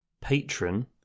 patron